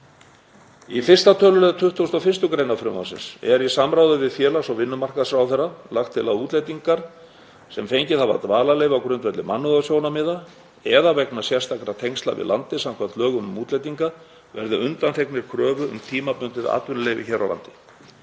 Í 1. tölulið 21. gr. frumvarpsins er, í samráði við félags- og vinnumarkaðsráðherra, lagt til að útlendingar sem fengið hafa dvalarleyfi á grundvelli mannúðarsjónarmiða eða vegna sérstakra tengsla við landið samkvæmt lögum um útlendinga verði undanþegnir kröfu um tímabundið atvinnuleyfi hér á landi.